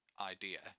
idea